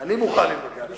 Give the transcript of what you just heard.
אני מוכן להתווכח על זה.